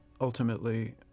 ultimately